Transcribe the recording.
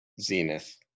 zenith